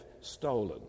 stolen